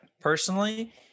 personally